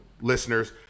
listeners